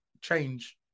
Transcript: change